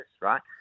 right